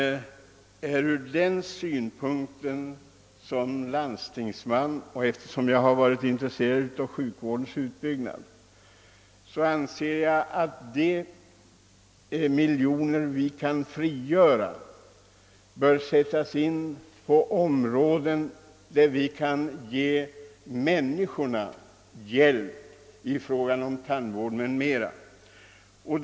Med hänsyn härtill anser jag som landstingsman och som intresserad av sjukvårdens utbyggnad i allmänhet att medel som kan avvaras i första hand bör användas till att direkt ge människorna hjälp på tandvårdsområdet.